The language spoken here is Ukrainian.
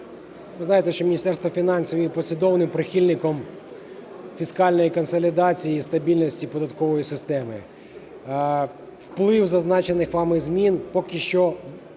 Ви знаєте, що Міністерство фінансів є послідовним прихильником фіскальної консолідації і стабільності податкової системи. Вплив зазначених вами змін поки що не